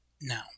Now